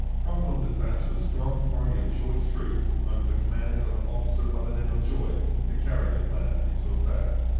cromwell detached a strong party of choice troops, under the command of an officer by the name of joyce, to carry the plan into effect.